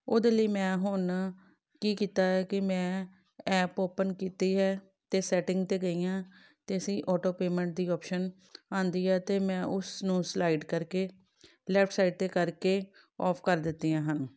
ਉਹਦੇ ਲਈ ਮੈਂ ਹੁਣ ਕੀ ਕੀਤਾ ਹੈ ਕਿ ਮੈਂ ਐਪ ਓਪਨ ਕੀਤੇ ਹੈ ਅਤੇ ਸੈਟਿੰਗ 'ਤੇ ਗਈ ਹਾਂ ਅਤੇ ਅਸੀਂ ਔਟੋ ਪੇਮੈਂਟ ਦੀ ਓਪਸ਼ਨ ਆਉਂਦੀ ਹੈ ਅਤੇ ਮੈਂ ਉਸ ਨੂੰ ਸਲਾਈਡ ਕਰਕੇ ਲੈਫਟ ਸਾਈਡ 'ਤੇ ਕਰਕੇ ਔਫ ਕਰ ਦਿੱਤੀਆਂ ਹਨ